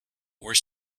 were